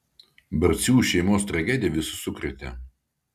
barcių šeimos tragedija visus sukrėtė